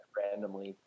randomly